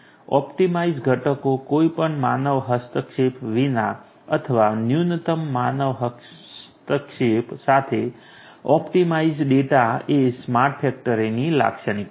optimise ઘટકો કોઈપણ માનવ હસ્તક્ષેપ વિના અથવા ન્યૂનતમ માનવ હસ્તક્ષેપ સાથે ઑપ્ટિમાઇઝ ડેટા એ સ્માર્ટ ફેક્ટરીની લાક્ષણિકતા છે